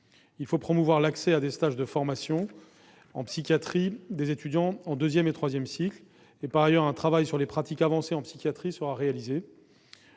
Il faut promouvoir l'accès à des stages de formation en psychiatrie des étudiants en deuxième et troisième cycle. Par ailleurs, un travail sur les pratiques avancées en psychiatrie sera réalisé.